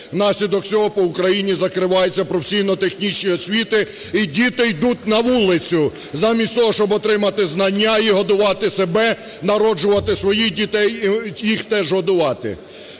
внаслідок цього по Україні закриваються професійно-технічні освіти, і діти йдуть на вулицю замість того, щоб отримати знання і годувати себе, народжувати своїх дітей і їх теж годувати.